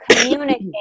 communicate